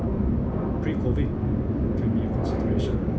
pre-COVID can be consideration